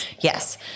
Yes